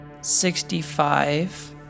Sixty-five